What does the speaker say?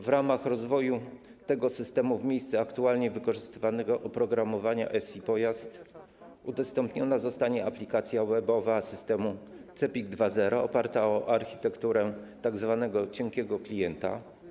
W ramach rozwoju tego systemu w miejsce aktualnie wykorzystywanego oprogramowania SI Pojazd udostępniona zostanie aplikacja webowa systemu CEPiK 2.0 oparta na architekturze tzw. cienkiego klienta.